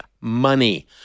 money